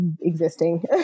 existing